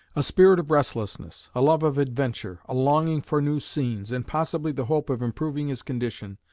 a spirit of restlessness, a love of adventure, a longing for new scenes, and possibly the hope of improving his condition,